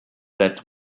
that